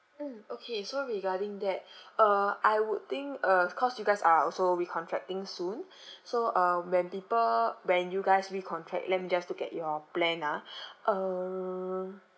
mm okay so regarding that uh I would think uh cause you guys are also recontracting soon so um when people when you guys recontract let me just look at your plan ah uh